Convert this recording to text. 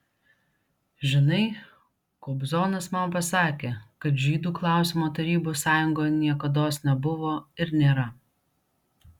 žinai kobzonas man pasakė kad žydų klausimo tarybų sąjungoje niekados nebuvo ir nėra